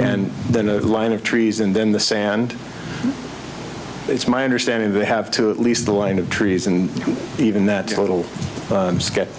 and then a line of trees and then the sand it's my understanding they have to at least the line of trees and even that little